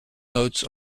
notes